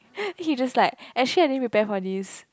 then he just like actually I didn't prepare for this